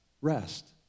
rest